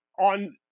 on